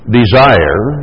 desire